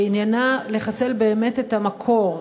שעניינה לחסל באמת את המקור.